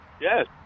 Yes